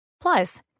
Plus